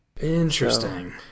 Interesting